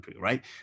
Right